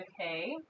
okay